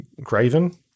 Graven